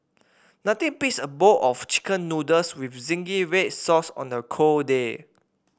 nothing beats a bowl of chicken noodles with zingy red sauce on a cold day